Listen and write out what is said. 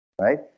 Right